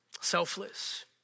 Selfless